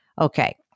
Okay